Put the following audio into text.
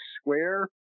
square